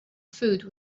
food